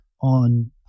on